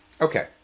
okay